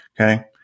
okay